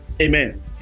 amen